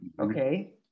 Okay